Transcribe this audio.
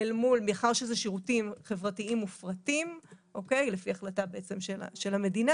מאחר שמדובר בשירותים חברתיים מופרטים לפי החלטת המדינה,